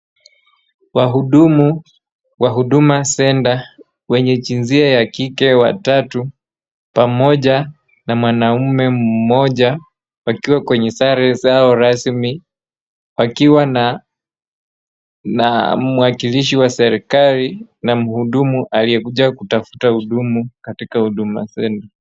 Wahudumu wa huduma centre wenye jinsia ya kike watatu pamoja na mwanaume mmoja wakiwa kwenye sare zao rasmi wakiwa na mwakilishi wa serikali na muhudumu aliyekuja kutafuta hudumu katika Huduma Centre.